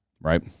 right